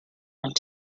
went